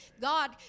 God